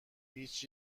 هیچ